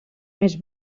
més